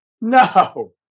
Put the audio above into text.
no